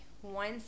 one